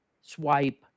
swipe